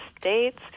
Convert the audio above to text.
states